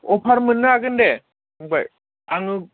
अफार मोन्नो हागोन दे फंबाय आङो